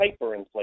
hyperinflation